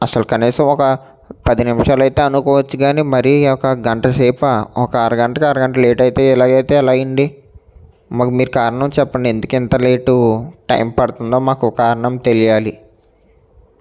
అసలు కనీసం ఒక పది నిమిషాలు అయితే అనుకోవచ్చు కానీ మరి ఒక గంట సేప ఒక అరగంటకు అరగంట లేట్ ఇలాగే అయితే ఎలాగా అండి మీరు కారణం చెప్పండి ఎందుకు ఇంత లేటు టైం పడుతుందో మాకు కారణం తెలియాలి